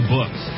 Books